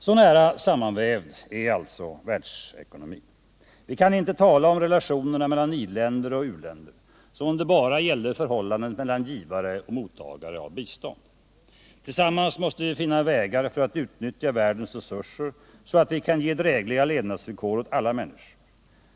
Så nära sammanvävd är alltså världsekonomin. Vi kan inte tala om relationerna mellan i-länder och u-länder som om de bara gällde förhållandet mellan givare och mottagare. Tillsammans måste vi finna vägar för att utnyttja världens resurser, så att vi kan ge drägliga levnadsvillkor åt alla människor.